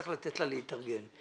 צריך לתת לה להתארגן.